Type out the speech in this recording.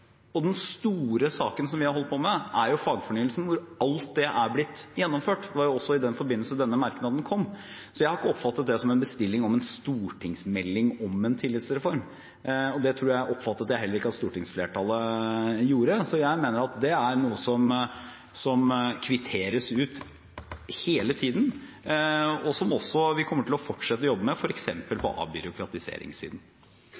skjønn. Den store saken vi har holdt på med, er fagfornyelsen, hvor alt dette er blitt gjennomført, og det var også i den forbindelse denne merknaden kom. Jeg har ikke oppfattet det som en bestilling av en stortingsmelding om en tillitsreform, og det oppfattet jeg heller ikke at stortingsflertallet gjorde. Jeg mener dette er noe som kvitteres ut hele tiden, og som vi også kommer til å fortsette å jobbe med,